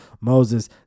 Moses